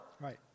Right